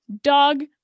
dog